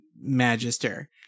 magister